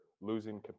losing